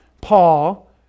Paul